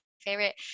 favorite